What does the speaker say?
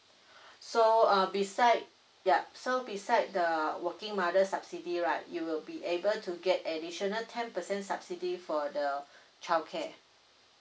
so uh beside yup so beside the working mother subsidy right you will be able to get additional ten percent subsidy for the childcare